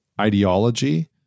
ideology